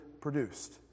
produced